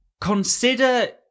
consider